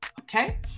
okay